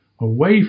away